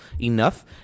enough